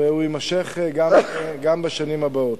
והוא יימשך גם בשנים הבאות.